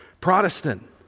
Protestant